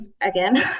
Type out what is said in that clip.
again